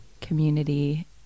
community